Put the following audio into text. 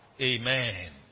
Amen